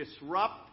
disrupt